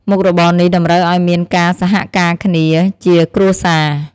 មុខរបរនេះតម្រូវឱ្យមានការសហការគ្នាជាគ្រួសារ។